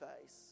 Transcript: face